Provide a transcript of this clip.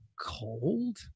cold